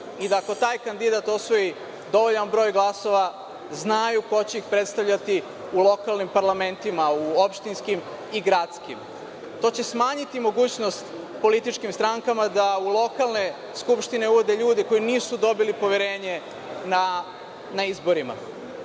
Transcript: i da ako taj kandidat osvoji dovoljan broj glasova znaju ko će ih predstavljati u lokalnim parlamentima, u opštinskim i gradskim. To će smanjiti mogućnost političkim strankama da u lokalne skupštine uvode ljudi koji nisu dobili poverenje na izborima.